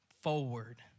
forward